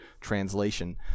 translation